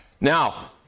Now